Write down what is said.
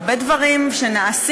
הרבה דברים שנעשים,